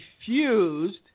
refused